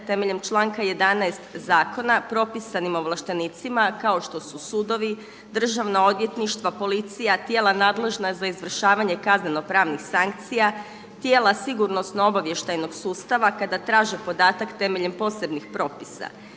temeljem članka 11. zakona, propisanim ovlaštenicima kao što su sudovi, državna odvjetništva, policija, tijela nadležna za izvršavanje kaznenopravnih sankcija, tijela sigurnosno obavještajnog sustava kada traže podatak temeljem posebnih propisa,